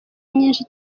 nyinshi